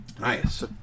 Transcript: Nice